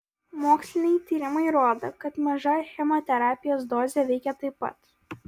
moksliniai tyrimai rodo kad maža chemoterapijos dozė veikia taip pat